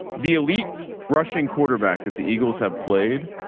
the elite rushing quarterbacks that the eagles have played.